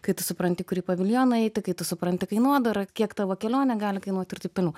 kai tu supranti į kurį paviljoną eiti kai tu supranti kainodarą kiek tavo kelionė gali kainuot ir taip toliau